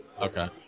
Okay